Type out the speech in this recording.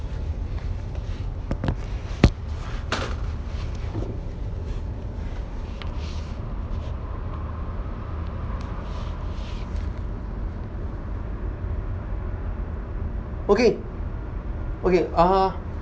okay okay uh